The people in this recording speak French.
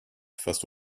face